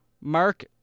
Mark